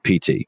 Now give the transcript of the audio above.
PT